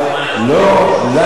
למה בגלל שזה אשה?